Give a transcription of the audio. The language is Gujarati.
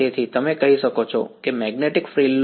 તેથી તમે કહી શકો કે મેગ્નેટિક ફ્રિલ લો